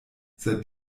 seit